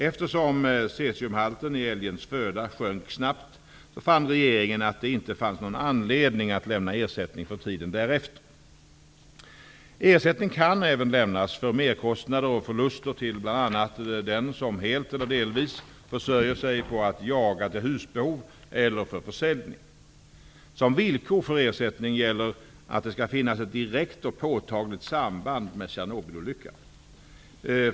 Eftersom cesiumhalten i älgens föda sjönk snabbt fann regeringen att det inte fanns någon anledning att lämna ersättning för tiden därefter. Ersättning kan även lämnas för merkostnader och förluster till bl.a. den som helt eller delvis försörjer sig på att jaga till husbehov eller för försäljning. Som villkor för ersättning gäller att det skall finnas ett direkt och påtagligt samband med Tjernobylolyckan.